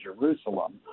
Jerusalem